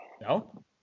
No